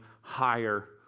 higher